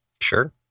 Sure